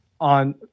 on